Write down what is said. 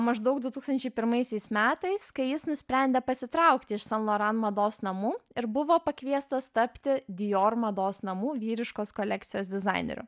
maždaug du tūkstančiai pirmaisiais metais kai jis nusprendė pasitraukti iš san loran mados namų ir buvo pakviestas tapti dior mados namų vyriškos kolekcijos dizaineriu